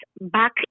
back